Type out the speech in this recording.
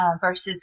versus